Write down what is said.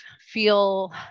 feel